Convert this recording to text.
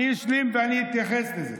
אני אשלים ואני אתייחס לזה.